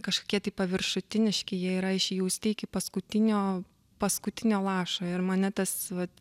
kažkokie tai paviršutiniški jie yra išjausti iki paskutinio paskutinio lašo ir mane tas vat